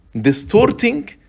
distorting